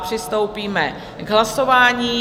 Přistoupíme k hlasování.